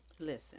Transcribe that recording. Listen